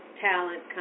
Talent